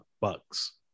Bucks